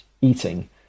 eating